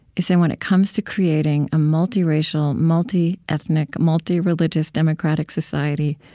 is that when it comes to creating a multiracial, multiethnic, multireligious democratic society,